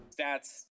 Stats